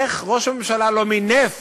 איך ראש הממשלה לא מינף